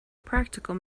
practical